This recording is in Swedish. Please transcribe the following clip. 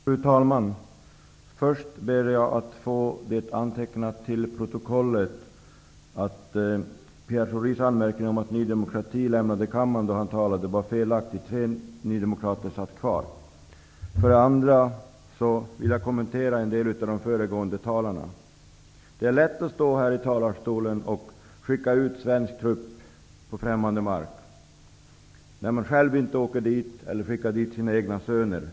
Fru talman! För det första ber jag att till protokollet få antecknat att Pierre Schoris anmärkning, att Ny demokrati lämnade kammaren då han talade, är felaktig. Tre nydemokrater satt nämligen kvar. För det andra vill jag kommentera vad en del av föregående talare sagt. Det är lätt att stå här i talarstolen och skicka ut svensk trupp på främmande mark, när man själv inte åker dit eller skickar dit de egna sönerna.